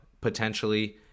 potentially